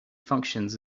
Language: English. functions